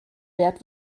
wert